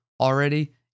already